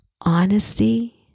honesty